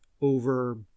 over